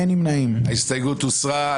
הצבעה ההסתייגות לא התקבלה.